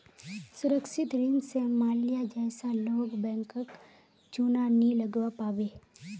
सुरक्षित ऋण स माल्या जैसा लोग बैंकक चुना नी लगव्वा पाबे